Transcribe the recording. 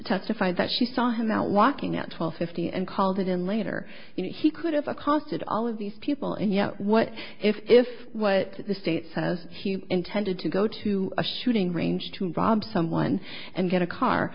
testified that she saw him out walking at twelve fifty and called it in later he could have a costed all of these people and yet what if what the state says he intended to go to a shooting range to bob someone and get a car